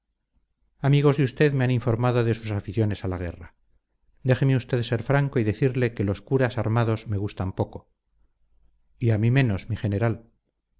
amigos de usted me han informado de sus aficiones a la guerra déjeme usted ser franco y decirle que los curas armados me gustan poco y a mí menos mi general